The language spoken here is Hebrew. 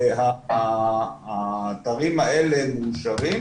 האתרים האלה מאושרים.